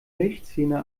milchzähne